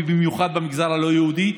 ובמיוחד במגזר הלא-יהודי,